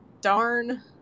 darn